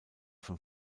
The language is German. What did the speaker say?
von